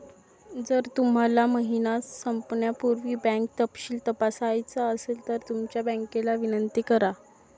जर तुम्हाला महिना संपण्यापूर्वी बँक तपशील तपासायचा असेल तर तुमच्या बँकेला विनंती करा